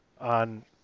on